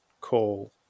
call